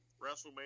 WrestleMania